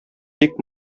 бик